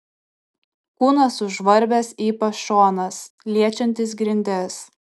kūnas sužvarbęs ypač šonas liečiantis grindis